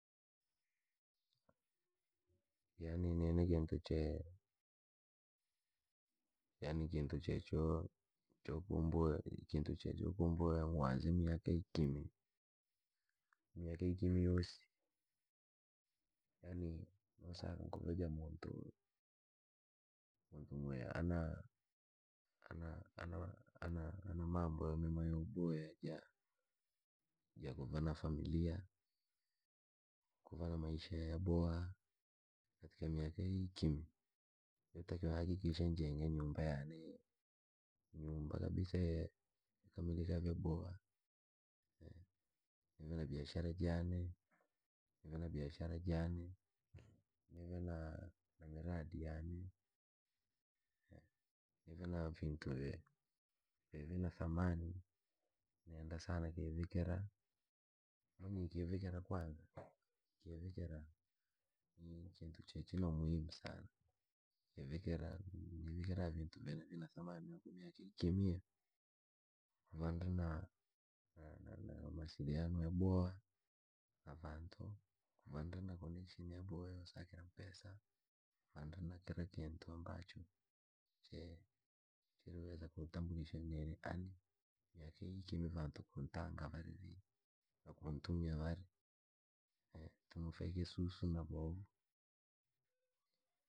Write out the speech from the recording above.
Yaani nini kintu che, yaani kintu checho chukumboya ikintu chechu kumboya n'gwaze miaka ikimi, miaka ikimi yoosi, yaani noo saa nguve ja muntu. muntu mwe ana, ana- anam anamambo yamema yooboya ja, ja kuva na familia, kuva na maisha yaboha, katika miaka ikimi, yotakiwa ni hakikishe njenge nyumba yaane, nyumba kabisa ye yakamilika vyaboha, nenda nive na biashara jaane, nive na biashara jane, nive naa- namiradi yaane. nive na vintu ve- vevina thamani, nenda sana kivikira, wananyire kivikira kwanza kivikira, ni kintu che china umuhimu sana, chikivikira nivikira kintu vyene vina thamani na kumiaka ikimi aha, kuva ndri na, na- na- namawasiliano yaboha, na kantu, kuva na koneksheni yaboha yoosakira mpesa, vantu na kira kintu ambacho, che chiriweza kuntambulisha nili ani, lakini kiri vantu kuntanga vari vii, nakuntumia vari, tumufe kisusu nabaha.